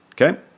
Okay